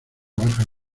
bajas